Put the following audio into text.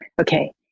okay